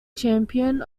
champion